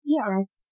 Yes